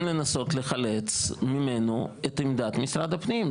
לנסות לחלץ ממנו את עמדת משרד הפנים.